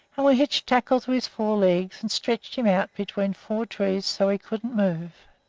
and we hitched tackle to his four legs and stretched him out between four trees so he couldn't move,